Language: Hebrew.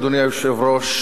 אדוני היושב-ראש,